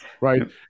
right